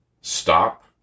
stop